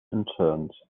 unturned